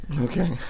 Okay